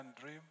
dream